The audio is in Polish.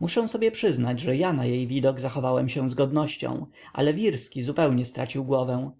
muszę sobie przyznać że ja na jej widok zachowałem się z godnością ale wirski zupełnie stracił głowę